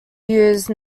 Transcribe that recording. use